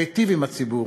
להיטיב עם הציבור